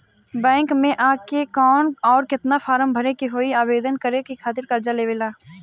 Bank मे आ के कौन और केतना फारम भरे के होयी आवेदन करे के खातिर कर्जा लेवे ला?